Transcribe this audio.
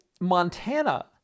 Montana